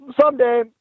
someday